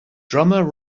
drummer